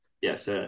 Yes